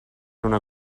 una